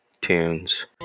tunes